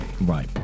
right